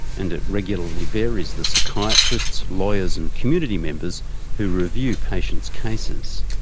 and it regularly varies the psychiatrists, lawyers and community members who review patients' cases.